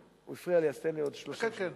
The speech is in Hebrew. הוא הפריע לי, אז תן לי עוד 30 שניות,